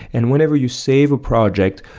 and whenever you save a project,